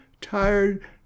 tired